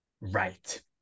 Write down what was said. right